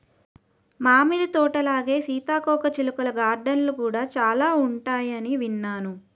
మామిడి తోటలాగే సీతాకోకచిలుకల గార్డెన్లు కూడా చాలా ఉంటాయని విన్నాను